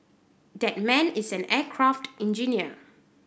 that man is an aircraft engineer